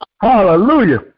Hallelujah